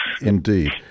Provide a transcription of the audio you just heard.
Indeed